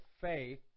faith